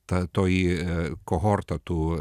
ta toji ir kohorta tų